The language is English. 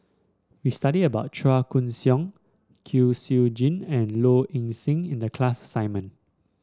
we study about Chua Koon Siong Kwek Siew Jin and Low Ing Sing in the class assignment